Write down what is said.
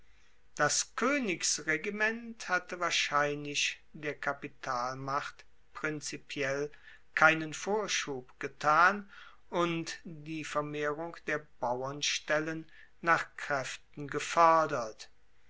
das koenigsregiment hatte wahrscheinlich der kapitalmacht prinzipiell keinen vorschub getan und die vermehrung der bauernstellen nach kraeften gefoerdert